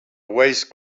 waste